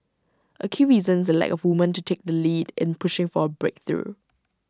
A key reason is the lack of women to take the lead in pushing for A breakthrough